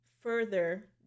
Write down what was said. further